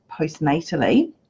postnatally